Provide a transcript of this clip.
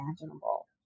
imaginable